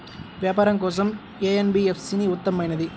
వ్యాపారం కోసం ఏ ఎన్.బీ.ఎఫ్.సి ఉత్తమమైనది?